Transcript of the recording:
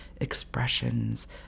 expressions